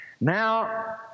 Now